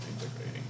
integrating